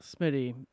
Smitty